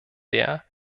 der